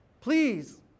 please